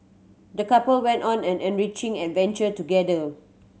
the couple went on an enriching adventure together